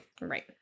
Right